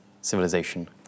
civilization